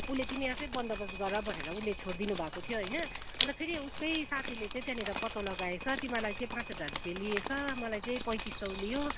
उसले तिमी आफै बन्दोबस्त गर भनेर उसले छोड्दिनु भएको थियो होइन अन्त फेरि उसकै साथीले चाहिँ त्यहाँनिर पत्तो लगाएछ तिमीहरूलाई चाहिँ पाँच हजार रुपियाँ लिएछ मलाई चाहिँ पैँतिस सय लियो